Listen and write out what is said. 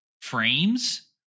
frames